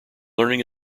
learning